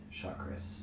chakras